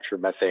methane